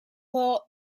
for